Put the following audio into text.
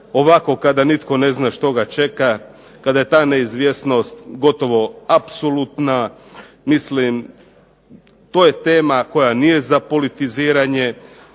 ovako kada nitko ne zna što ga čeka, kada je ta neizvjesnost gotovo apsolutna, mislim to je tema koja nije za politiziranje,